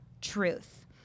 truth